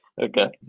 Okay